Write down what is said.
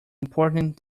important